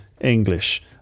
English